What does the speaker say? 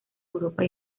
europa